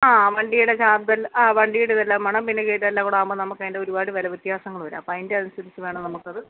ആ വണ്ടിയുടെ ചാർജ്ജെലാം ആ വണ്ടിയുടെ ഇതെല്ലാം വേണം പിന്നെ ഇതെല്ലാം കൂടെ ആകുമ്പോൾ നമുക്ക് ഒരുപാട് വില വ്യത്യാസങ്ങൾ വരും അപ്പം അതിൻ്റെ അനുസരിച്ചു വേണം നമുക്കത്